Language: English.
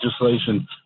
legislation